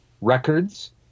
Records